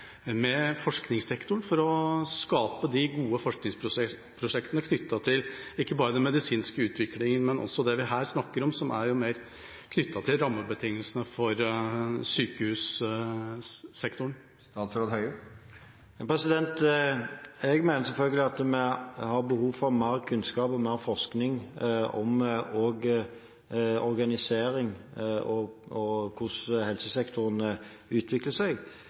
forskningssektoren for å skape de gode forskningsprosjektene knyttet til ikke bare den medisinske utviklingen, men også det vi her snakker om: rammebetingelsene for sykehussektoren? Jeg mener selvfølgelig at vi har behov for mer kunnskap og mer forskning også om organisering og hvordan helsesektoren utvikler seg.